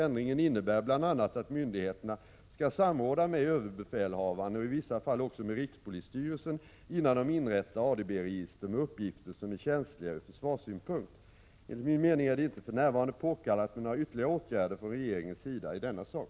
Ändringen innebär bl.a. att myndigheterna skall samråda med överbefälhavaren, och i vissa fall också med rikspolisstyrelsen, innan de inrättar ADB-register med uppgifter som är känsliga ur försvarssynpunkt. Enligt min mening är det inte för närvarande påkallat med några ytterligare åtgärder från regeringens sida i denna sak.